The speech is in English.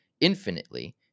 infinitely